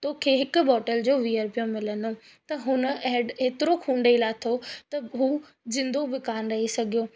तोखे हिकु बोटल जो वीह रुपया मिलंदा त हुन अहिड़ो एतिरो ख़ून ॾेई लाथो त हू ज़िंदो बि कोन रही सघियो